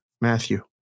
Matthew